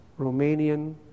Romanian